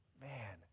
man